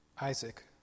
Isaac